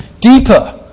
deeper